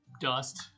Dust